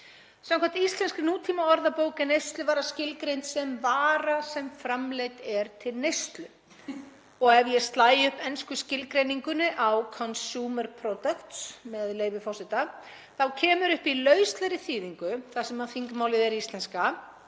Samkvæmt íslenskri nútímaorðabók er neysluvara skilgreind sem vara sem framleidd er til neyslu. Ef ég slægi upp ensku skilgreiningunni á „consumer product“, með leyfi forseta, þá kemur upp í lauslegri þýðingu, þar sem þingmálið er íslenska: